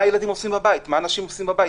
מה ילדים עושים בבית, מה אנשים עושים בבית.